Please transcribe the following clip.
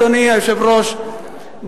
אדוני היושב-ראש,